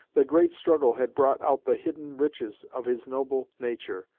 the great struggle had brought out the hidden riches of his noble nature,